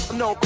no